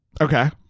Okay